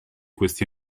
questi